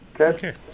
okay